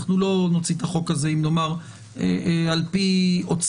אנחנו לא נוציא את החוק הזה על-פי עוצמת